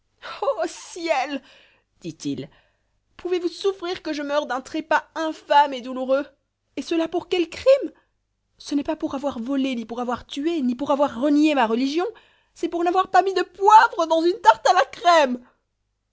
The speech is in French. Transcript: ô ciel dit-il pouvez-vous souffrir que je meure d'un trépas infâme et douloureux et cela pour quel crime ce n'est pas pour avoir volé ni pour avoir tué ni pour avoir renié ma religion c'est pour n'avoir pas mis de poivre dans une tarte à la crème